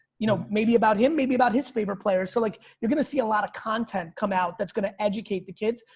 you know, maybe about him, maybe about his favorite players. so like you're gonna see a lot of content come out. that's gonna educate the kids.